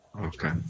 Okay